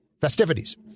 festivities